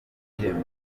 ntego